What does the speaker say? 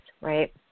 right